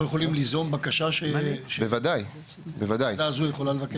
אנחנו יכולים ליזום בקשה שהוועדה הזו יכולה לבקש?